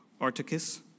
Articus